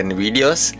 videos